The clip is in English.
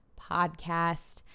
podcast